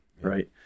right